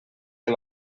que